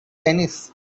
tennis